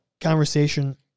conversation